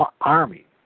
army